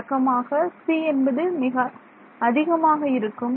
வழக்கமாக c என்பது மிக அதிகமாக இருக்கும்